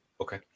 Okay